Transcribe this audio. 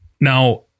Now